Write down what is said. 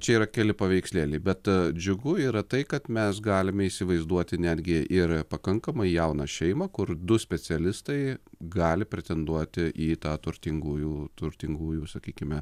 čia yra keli paveikslėliai bet džiugu yra tai kad mes galime įsivaizduoti netgi ir pakankamai jauną šeimą kur du specialistai gali pretenduoti į tą turtingųjų turtingųjų sakykime